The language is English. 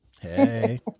Hey